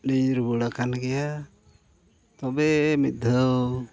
ᱧᱤᱨ ᱵᱟᱲᱟ ᱠᱟᱱ ᱜᱮᱭᱟ ᱛᱚᱵᱮ ᱢᱤᱫ ᱫᱷᱟᱹᱣ